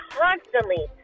constantly